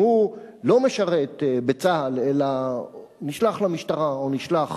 אם הוא לא משרת בצה"ל אלא נשלח למשטרה או נשלח